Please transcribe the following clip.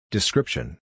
Description